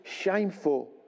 shameful